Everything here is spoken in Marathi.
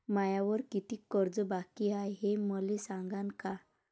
मायावर कितीक कर्ज बाकी हाय, हे मले सांगान का?